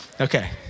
Okay